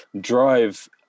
drive